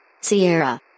Sierra